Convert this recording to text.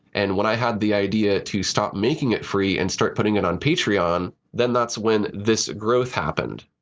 and when i had the idea to stop making it free and start putting it on patreon, then that's when this growth happened.